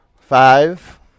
Five